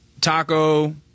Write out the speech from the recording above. Taco